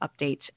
updates